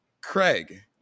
Craig